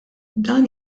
dan